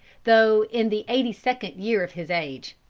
though in the eighty-second year of his age.